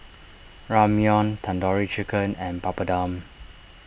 Ramyeon Tandoori Chicken and Papadum